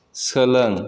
सोलों